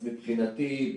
אז מבחינתי,